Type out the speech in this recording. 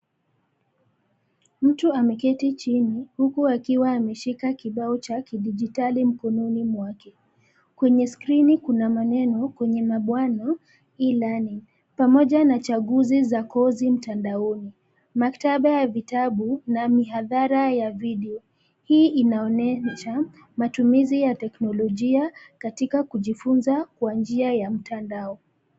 Mtu ameketi chini , huku akiwa ameshika kibao cha kidigitali mkononi mwake. Kwenye skrini kuna maneneo kwenye mabano e learning . Pamoja na chaguzi za kozi mtandaoni. Maktaba ya vitabu na mihadhara ya video. Hii inaonyesha matumizi ya teknolojia katika kujifunza kwa njia ya mtandao.